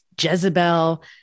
Jezebel